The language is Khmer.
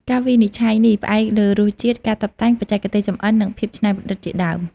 ការវិនិច្ឆ័យនេះផ្អែកលើ រសជាតិ ការតុបតែង បច្ចេកទេសចម្អិននិងភាពច្នៃប្រឌិតជាដើម។